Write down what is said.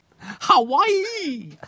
Hawaii